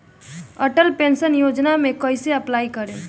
Atal pension योजना मे कैसे अप्लाई करेम?